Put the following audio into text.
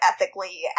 ethically